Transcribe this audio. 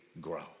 grow